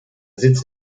sitz